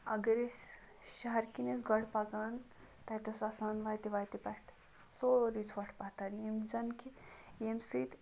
اگر أسۍ شہر کِنۍ ٲسۍ گۄڈٕ پَکان تَتہِ اوس آسان وَتہِ وَتہِ پیٚٹھ سورُے ژھوٚٹھ پَتھَر یِم زَن کہِ ییٚمہِ سۭتۍ